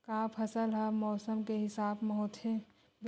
का फसल ह मौसम के हिसाब म होथे?